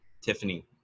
Tiffany